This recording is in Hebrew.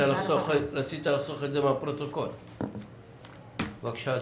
בבקשה אדוני.